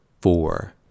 four